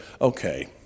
okay